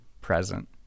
present